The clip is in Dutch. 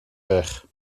weg